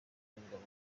w’ingabo